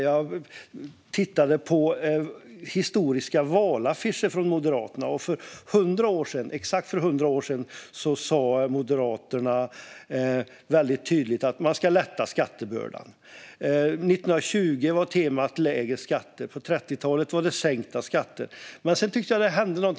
Jag tittade på gamla valaffischer från Moderaterna, och för exakt 100 år sedan sa de tydligt att skattebördan måste lättas. På 20-talet var temat lägre skatter och på 30-talet sänkta skatter. Men sedan hände något.